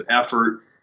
effort